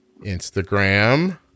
Instagram